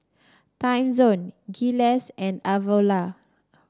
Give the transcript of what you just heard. Timezone Gelare and Avalon